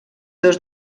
dos